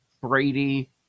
brady